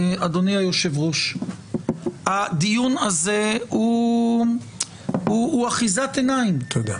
אדוני היושב-ראש: הדיון הזה הוא אחיזת עיניים -- תודה.